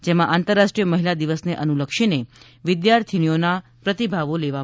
જેમાં આંતરરાષ્ટ્રીય મહિલા દિવસને અનુલક્ષીને વિદ્યાર્થીઓના પ્રતિભાવો લેવામાં આવ્યા